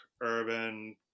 urban